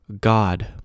God